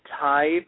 type